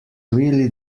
really